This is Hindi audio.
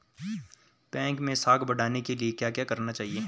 बैंक मैं साख बढ़ाने के लिए क्या क्या करना चाहिए?